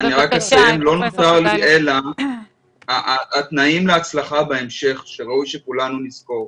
אציין, התנאים להצלחה בהמשך, שראוי שכולנו נזכור,